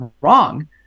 wrong